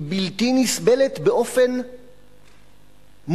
היא בלתי נסבלת באופן מוחלט,